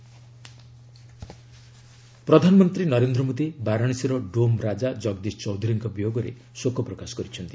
PM condolence ପ୍ରଧାନମନ୍ତ୍ରୀ ନରେନ୍ଦ୍ର ମୋଦୀ ବାରାଣସୀର 'ଡୋମ' ରାଜା ଜଗଦିଶ ଚୌଧୁରୀଙ୍କ ବିୟୋଗରେ ଶୋକ ପ୍ରକାଶ କରିଛନ୍ତି